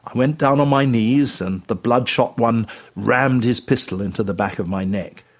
went down on my knees, and the bloodshot one rammed his pistol into the back of my neck.